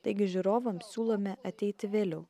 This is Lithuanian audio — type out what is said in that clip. taigi žiūrovams siūlome ateiti vėliau